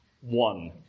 One